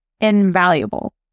invaluable